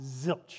zilch